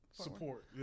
support